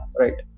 right